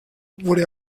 wurde